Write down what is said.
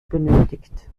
benötigt